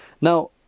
Now